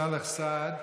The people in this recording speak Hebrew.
סאלח סעד,